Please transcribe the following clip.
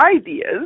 ideas